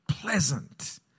Pleasant